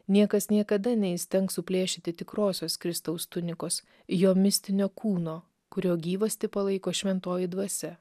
niekas niekada neįstengs suplėšyti tikrosios kristaus tunikos jo mistinio kūno kurio gyvastį palaiko šventoji dvasia